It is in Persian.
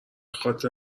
خاطر